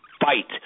Fight